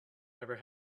never